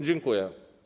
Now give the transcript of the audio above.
Dziękuję.